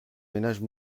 ménages